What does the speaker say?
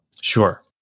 Sure